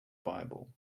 bible